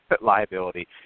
liability